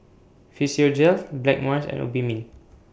Physiogel Blackmores and Obimin